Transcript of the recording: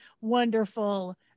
wonderful